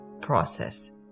process